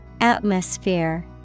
Atmosphere